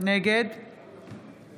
נגד